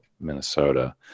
Minnesota